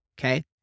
okay